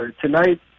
tonight